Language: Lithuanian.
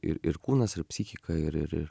ir ir kūnas ir psichika ir ir ir